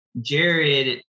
Jared